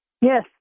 Yes